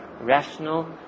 rational